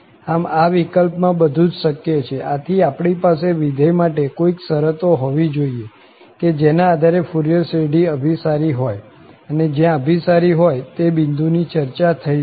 આમ આ વિકલ્પમાં બધું જ શક્ય છે આથી આપણી પાસે વિધેય માટે કોઈક શરતો હોવી જોઈએ કે જેના આધારે ફુરિયર શ્રેઢી અભિસારી હોય અને જ્યાં અભિસારી હોય તે બિંદુ ની ચર્ચા થઇ શકે